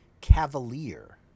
Cavalier